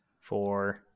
four